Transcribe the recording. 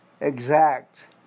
exact